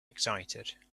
excited